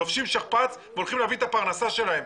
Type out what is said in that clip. לובשים שכפ"ץ והולכים להביא את הפרנסה שלהם.